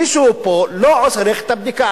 מישהו פה לא עורך את הבדיקה.